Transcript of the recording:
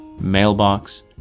mailbox